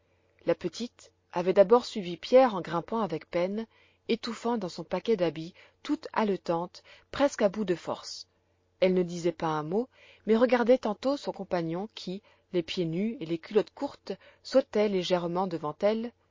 la petite avait d'abord suivi pierre en grimpant avec peine étouffant dans son paquet d'habits toute haletante presque à bout de forces elle ne disait pas un mot mais regardait tantôt son compagnon qui les pieds nus et les culottes courtes sautait légèrement devant elle